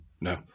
No